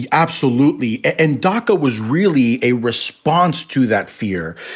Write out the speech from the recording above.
absolutely. and daca was really a response to that fear.